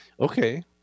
Okay